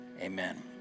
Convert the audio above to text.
amen